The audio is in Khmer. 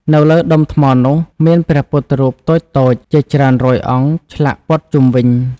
នៅលើដុំថ្មនោះមានព្រះពុទ្ធរូបតូចៗជាច្រើនរយអង្គឆ្លាក់ព័ទ្ធជុំវិញ។